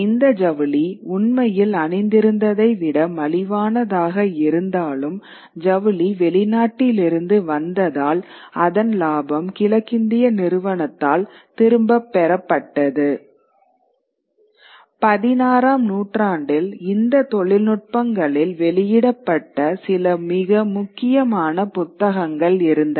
இந்த ஜவுளி உண்மையில் அணிந்திருந்ததை விட மலிவானதாக இருந்தாலும் ஜவுளி வெளிநாட்டிலிருந்து வந்ததால் அதன் லாபம் கிழக்கிந்திய நிறுவனத்தால் திரும்பப் பெறப்பட்டது 16 ஆம் நூற்றாண்டில் இந்த தொழில்நுட்பங்களில் வெளியிடப்பட்ட சில மிக முக்கியமான புத்தகங்கள் இருந்தன